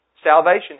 Salvation